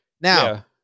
Now